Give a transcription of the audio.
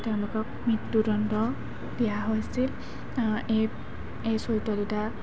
তেওঁলোকক মৃত্যুদণ্ড দিয়া হৈছিল এই এই চৰিত্ৰ দুটা